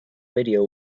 video